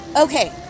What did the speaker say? Okay